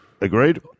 Agreed